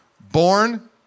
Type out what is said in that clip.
born